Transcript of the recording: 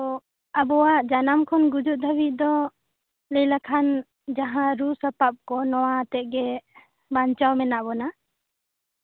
ᱛᱚ ᱟᱵᱚᱣᱟᱜ ᱡᱟᱱᱟᱢ ᱠᱷᱚᱱ ᱜᱩᱡᱩᱜ ᱫᱷᱟᱹᱵᱤᱡ ᱫᱚ ᱞᱟᱹᱭ ᱞᱮᱠᱷᱟᱱ ᱡᱟᱦᱟᱸ ᱨᱩ ᱥᱟᱯᱟᱯ ᱠᱚ ᱱᱚᱣᱟ ᱟᱛᱮᱜ ᱜᱮ ᱵᱟᱧᱪᱟᱣ ᱢᱮᱱᱟᱜ ᱵᱚᱱᱟ